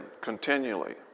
continually